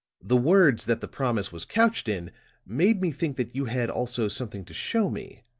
the words that the promise was couched in made me think that you had also something to show me,